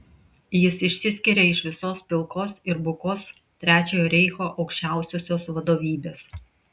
jis išsiskiria iš visos pilkos ir bukos trečiojo reicho aukščiausiosios vadovybės